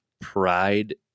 pride